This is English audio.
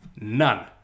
None